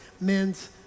men's